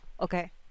Okay